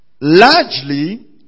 Largely